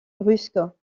brusques